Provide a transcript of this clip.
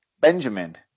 Benjamin